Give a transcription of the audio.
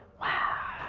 wow!